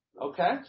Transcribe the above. Okay